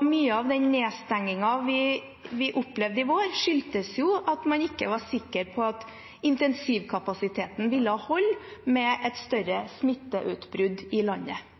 Mye av den nedstengingen vi opplevde i vår, skyldtes jo at man ikke var sikker på at intensivkapasiteten ville holde med et større smitteutbrudd i landet.